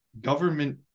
government